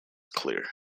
clear